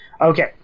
Okay